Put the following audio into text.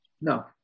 No